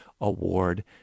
Award